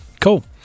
Cool